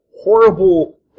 horrible